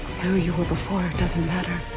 who you were before doesn't matter.